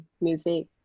Music